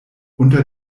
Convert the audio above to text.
unter